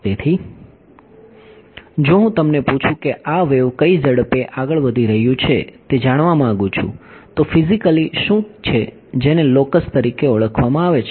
તેથી જો હું તમને પૂછું કે આ વેવ કઈ ઝડપે આગળ વધી રહ્યું છે તે જાણવા માગું છું તો ફિઝિકલી શું છે જેને લોકસ તરીકે ઓળખવામાં આવે છે